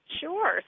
Sure